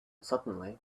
suddenly